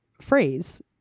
phrase